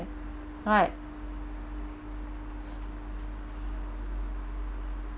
right